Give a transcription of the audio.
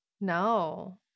No